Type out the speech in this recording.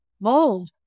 Mold